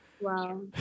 Wow